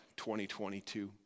2022